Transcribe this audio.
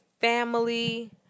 family